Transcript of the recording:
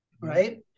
right